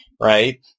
Right